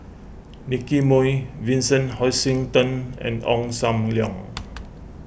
Nicky Moey Vincent Hoisington and Ong Sam Leong